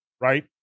right